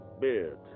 beard